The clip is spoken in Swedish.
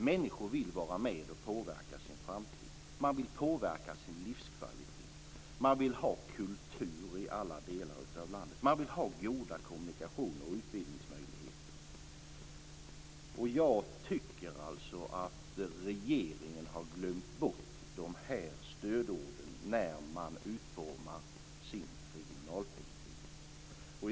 Människor vill vara med och påverka sin framtid. Man vill påverka sin livskvalitet. Man vill ha kultur i alla delar i landet. Man vill ha goda kommunikationer och utbildningsmöjligheter. Jag tycker att regeringen har glömt bort dessa stödord när man utformat sin regionalpolitik.